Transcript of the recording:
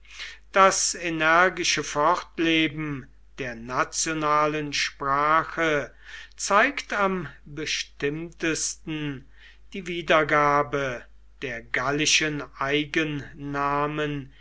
das energische fortleben der nationalen sprache zeigt am bestimmtesten die wiedergabe der gallischen